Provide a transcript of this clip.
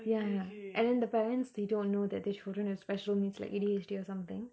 ya and then the parents they don't know that their children has special needs like A_D_H_D or something